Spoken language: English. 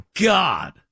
God